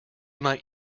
might